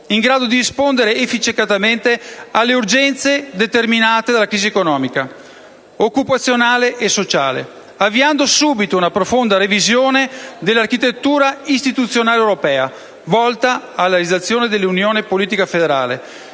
in grado di rispondere efficacemente alle urgenze determinate dalla crisi economica, occupazionale e sociale, avviando subito una profonda revisione dell'architettura istituzionale europea, volta alla realizzazione dell'unione politica federale,